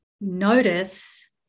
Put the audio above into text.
notice